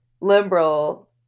liberal